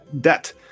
debt